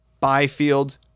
Byfield